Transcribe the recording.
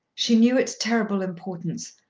she knew its terrible importance,